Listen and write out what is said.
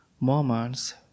moments